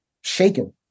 shaken